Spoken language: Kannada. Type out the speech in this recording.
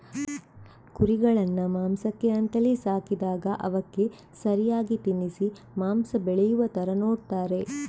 ಕುರಿಗಳನ್ನ ಮಾಂಸಕ್ಕೆ ಅಂತಲೇ ಸಾಕಿದಾಗ ಅವಕ್ಕೆ ಸರಿಯಾಗಿ ತಿನ್ನಿಸಿ ಮಾಂಸ ಬೆಳೆಯುವ ತರ ನೋಡ್ತಾರೆ